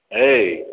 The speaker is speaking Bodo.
ऐ